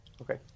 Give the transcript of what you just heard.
okay